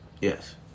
Yes